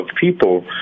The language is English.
people